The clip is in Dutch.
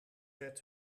zet